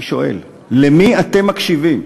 אני שואל: למי אתם מקשיבים?